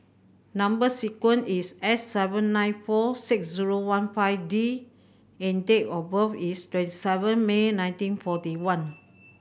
number sequence is S seven nine four six zero one five D and date of birth is twenty seven May nineteen forty one